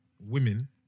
women